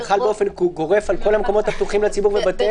זה חל באופן גורף על כל המקומות הפתוחים לציבור ובתי עסק.